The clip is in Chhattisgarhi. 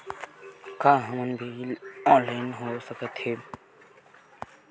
का हमर बिल ऑनलाइन हो सकत हे?